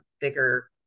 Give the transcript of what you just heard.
bigger